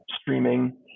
streaming